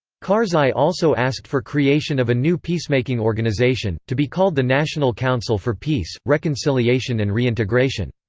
karzai also asked for creation of a new peacemaking organization, to be called the national council for peace, reconciliation and reintegration.